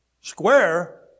Square